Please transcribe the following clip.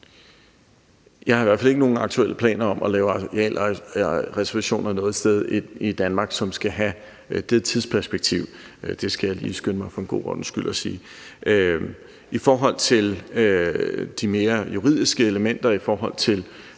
Jeg har i hvert fald ikke nogen aktuelle planer om at lave arealreservationer noget sted i Danmark, som har det tidsperspektiv. Det skal jeg lige skynde mig for en god ordens skyld at sige. I forhold til de mere juridiske elementer i forbindelse